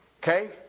Okay